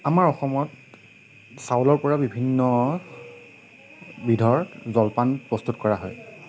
আমাৰ অসমত চাউলৰ পৰা বিভিন্ন বিধৰ জলপান প্ৰস্তুত কৰা হয়